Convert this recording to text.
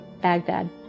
Baghdad